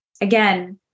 Again